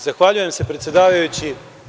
Zahvaljujem se, predsedavajući.